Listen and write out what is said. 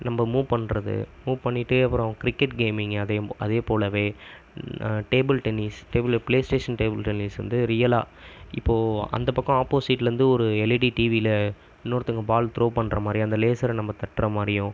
நம்ம மூவ் பண்ணுறது மூவ் பண்ணிகிட்டு அப்பறம் கிரிக்கெட் கேமிங் அதையும் அதேப் போலவே டேபிள் டென்னிஸ் டேபிள்ளை பிளே ஸ்டேஷன் டேபிள் டென்னிஸ் வந்து ரியலாக இப்போ அந்த பக்கம் ஆப்போசிட்லேருந்து ஒரு எல்இடி டீவில் இன்னொருத்தங்க பால் த்ரோ பண்ணுற மாதிரி அந்த லேசரை நம்ம தட்டுற மாதிரியும்